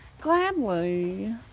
Gladly